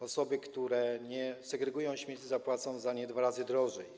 Osoby, które nie segregują śmieci, zapłacą za nie dwa razy więcej.